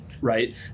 right